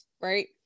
right